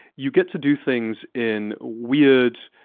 you get to do things in weird,